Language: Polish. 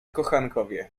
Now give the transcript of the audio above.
kochankowie